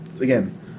again